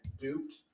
duped